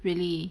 really